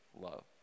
love